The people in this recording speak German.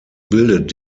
bildet